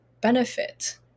benefit